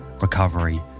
recovery